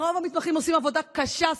רוב המתמחים עושים עבודה קשה,